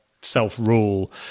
self-rule